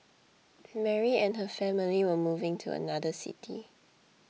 Mary and her family were moving to another city